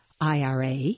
IRA